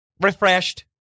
refreshed